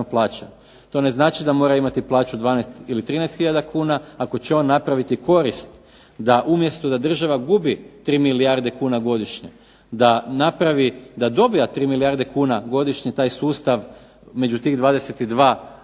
To ne znači da mora imati plaću 12 ili 13 hiljada kuna, ako će on napraviti korist da umjesto da država gubi 3 milijarde kuna godišnje, da napravi da dobiva 3 milijarde kuna godišnje taj sustav među tih 22 javna